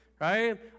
right